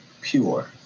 pure